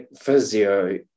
physio